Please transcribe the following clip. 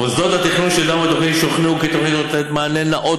מוסדות התכנון שדנו בתוכנית שוכנעו כי התוכנית נותנת מענה נאות